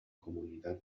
comunidad